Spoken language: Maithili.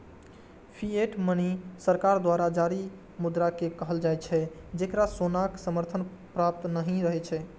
फिएट मनी सरकार द्वारा जारी मुद्रा कें कहल जाइ छै, जेकरा सोनाक समर्थन प्राप्त नहि रहै छै